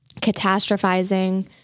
catastrophizing